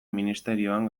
ministerioan